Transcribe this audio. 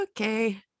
okay